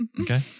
Okay